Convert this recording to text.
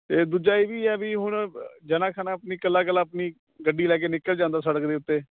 ਅਤੇ ਦੂਜਾ ਇਹ ਵੀ ਹੈ ਵੀ ਹੁਣ ਜਣਾ ਖਣਾ ਆਪਣੀ ਇਕੱਲਾ ਇਕੱਲਾ ਆਪਣੀ ਗੱਡੀ ਲੈ ਕੇ ਨਿਕਲ ਜਾਂਦਾ ਸੜਕ ਦੇ ਉੱਤੇ